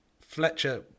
Fletcher